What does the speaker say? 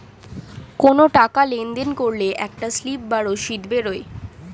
কোনো টাকা লেনদেন করলে একটা স্লিপ বা রসিদ বেরোয়